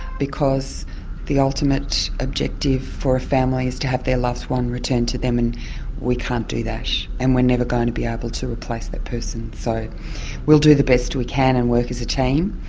because the ultimate objective for is to have their loved one return to them and we can't do that, and we're never going to be able to replace that person. so we'll do the best we can, and work as a team,